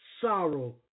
sorrow